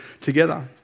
together